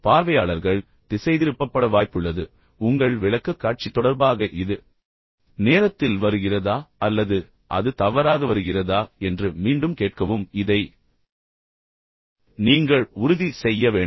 எனவே பார்வையாளர்கள் திசைதிருப்பப்பட வாய்ப்புள்ளது உங்கள் விளக்கக்காட்சி தொடர்பாக இது சரியான நேரத்தில் சரியான நேரத்தில் வருகிறதா அல்லது அது தவறாக வருகிறதா என்று மீண்டும் கேட்கவும் இதை நீங்கள் உறுதி செய்ய வேண்டும்